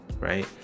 right